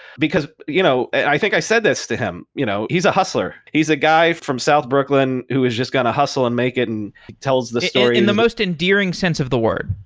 you know i think i said this to him. you know he's a hustler. he's a guy from south brooklyn who was just going to hustle and make it and tells the stories in the most endearing sense of the word.